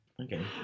Okay